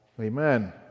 Amen